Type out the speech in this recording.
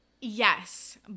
Yes